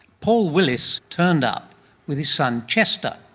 paul willis turned up with his son chester,